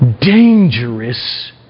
dangerous